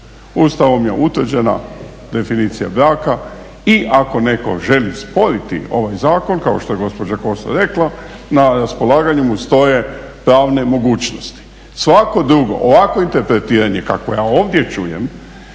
ustavom je utvrđena definicija braka i ako netko želi sporiti ovaj zakon kao što je gospođa Kosor rekla, na raspolaganju mu stoje pravne mogućnosti. Svako drugo interpretiranje kakvo ja ovdje čujem